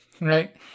Right